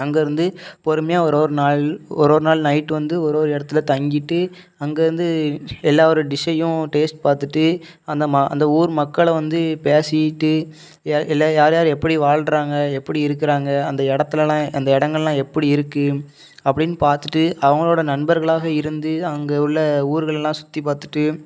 அங்கேருந்து பொறுமையாக ஒரு ஒரு நாள் ஒரு ஒரு நாள் நைட்டு வந்து ஒரு ஒரு இடத்துல தங்கிவிட்டு அங்கேருந்து எல்லா ஊர் டிஷ்ஷையும் டேஸ்ட் பார்த்துட்டு அந்த அந்த ஊர் மக்களை வந்து பேசிவிட்டு எல்லாம் யார் யார் எப்படி வாழ்றாங்க எப்படி இருக்கிறாங்க அந்த இடத்துலலாம் அந்த இடங்கள்லாம் எப்படி இருக்குது அப்படின்னு பார்த்துட்டு அவங்களோட நண்பர்களாக இருந்து அங்கே உள்ள ஊர்களைலாம் சுற்றி பார்த்துட்டு